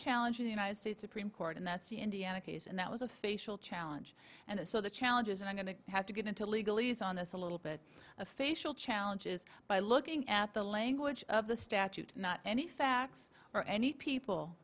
challenge in the united states supreme court and that's the indiana case and that was a facial challenge and so the challenges are going to have to get into legal ease on this a little bit of facial challenges by looking at the language of the statute not any facts or any people